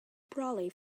brolly